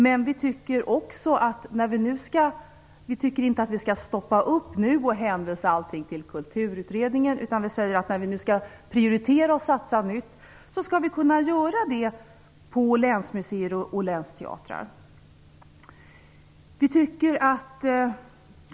Men vi tycker inte att vi nu skall stoppa upp och hänvisa allt till Kulturutredningen. Vi säger att när vi nu skall prioritera och satsa nytt skall vi kunna göra det på länsmuseer och länsteatrar.